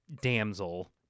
damsel